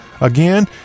again